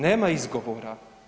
Nema izgovora.